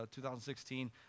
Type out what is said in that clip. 2016